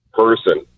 person